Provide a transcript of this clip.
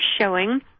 showing